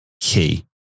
key